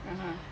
(uh huh)